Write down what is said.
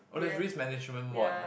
oh there's risk management mod